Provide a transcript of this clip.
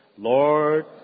Lord